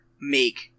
make